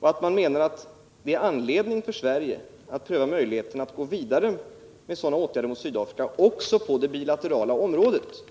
och att de menar att det finns anledning för Sverige att pröva möjligheterna att gå vidare med sådana åtgärder mot Sydafrika också på det bilaterala området.